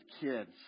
kids